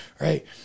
Right